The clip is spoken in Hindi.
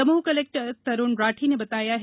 दमोह कलेक्टर तरूण राठी ने बताया है